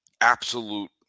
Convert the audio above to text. absolute